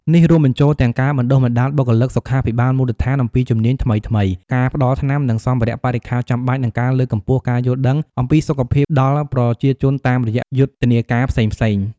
នេះរួមបញ្ចូលទាំងការបណ្តុះបណ្តាលបុគ្គលិកសុខាភិបាលមូលដ្ឋានអំពីជំនាញថ្មីៗ ការផ្តល់ថ្នាំ និងសម្ភារៈបរិក្ខារចាំបាច់ និងការលើកកម្ពស់ការយល់ដឹងអំពីសុខភាពដល់ប្រជាជនតាមរយៈយុទ្ធនាការផ្សព្វផ្សាយ។